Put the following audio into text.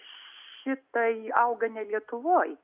šitai auga ne lietuvoj